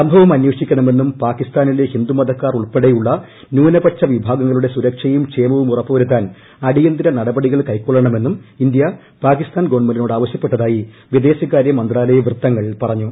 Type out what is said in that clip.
സംഭവം അന്വേഷിക്കണമെന്നും പാകിസ്ഥാനിലെ ഹിന്ദു മതക്കാർ ഉൾപ്പെടെയുള്ള ന്യൂനപക്ഷ വിഭാഗങ്ങളുടെ സൂരക്ഷയും ക്ഷേമവും ഉറപ്പുവരുത്താൻ അടിയന്തിര നടപടികൾ കൈക്കൊള്ളണമെന്നും ഇന്ത്യ പാകിസ്ഥാൻ ഗവൺമെന്റിനോട് ആവശ്യപ്പെട്ടതായി വിദേശകാരൃ മന്ത്രാലയവൃത്തങ്ങൾ പറഞ്ഞു